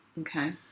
Okay